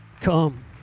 Come